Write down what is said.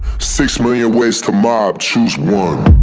six million ways to mob, choose one